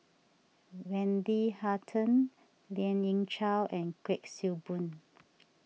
Wendy Hutton Lien Ying Chow and Kuik Swee Boon